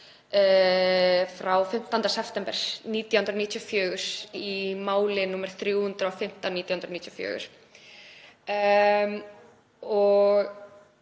frá 15. september 1994 í máli nr. 315/1994.